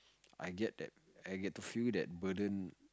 I get that I get to feel that burden